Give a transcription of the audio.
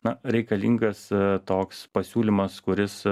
na reikalingas toks pasiūlymas kuris